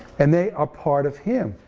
and they are part of him,